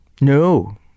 No